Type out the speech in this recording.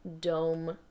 dome